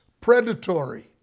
predatory